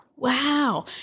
Wow